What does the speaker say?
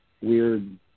weird